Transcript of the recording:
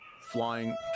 flying